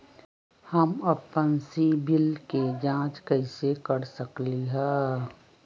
हम अपन सिबिल के जाँच कइसे कर सकली ह?